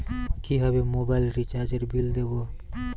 কিভাবে মোবাইল রিচার্যএর বিল দেবো?